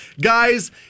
guys